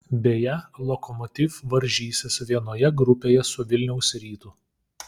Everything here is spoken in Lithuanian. beje lokomotiv varžysis vienoje grupėje su vilniaus rytu